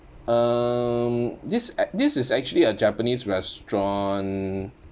um this a~ this is actually a japanese restaurant